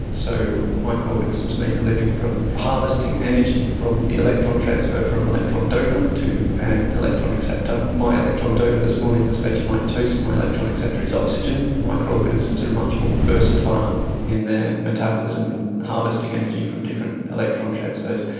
so microorganisms make a living from harvesting energy from the electron transfer from an electron donor to an electron acceptor. my electron donor this morning was vegemite toast, my electron acceptor is oxygen. microorganisms are much more versatile in their metabolism in harvesting energy from different electron transfers.